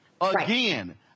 Again